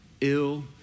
ill